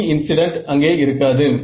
e incident அங்கே இருக்காது